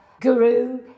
guru